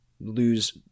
lose